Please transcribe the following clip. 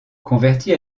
convertie